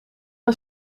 een